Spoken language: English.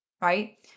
right